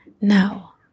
Now